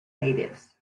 natives